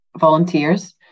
volunteers